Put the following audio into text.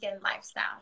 lifestyle